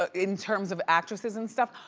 ah in terms of actresses and stuff.